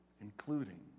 Including